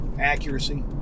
accuracy